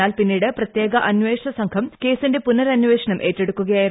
എന്നാൽ പിന്നീട് പ്രത്യേക അന്വേഷണ സംഘം കേസിന്റെ പുനരന്വേഷണം ഏറ്റെടുക്കുകയായിരുന്നു